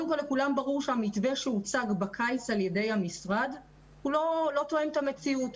לכולם ברור שהמתווה שהוצג בקיץ על ידי המשרד אינו תואם את המציאות.